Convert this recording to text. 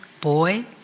boy